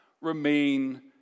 remain